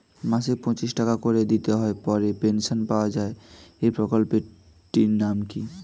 মাসিক পঁচিশ টাকা করে দিতে হয় পরে পেনশন পাওয়া যায় এই প্রকল্পে টির নাম কি?